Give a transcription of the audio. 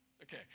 Okay